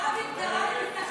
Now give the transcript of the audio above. רבין מת.